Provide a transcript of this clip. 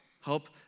Help